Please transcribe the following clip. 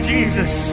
Jesus